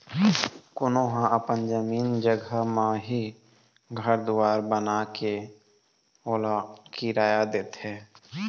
कोनो ह अपन जमीन जघा म ही घर दुवार बनाके ओला किराया देथे